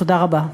תודה רבה.